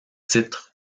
titre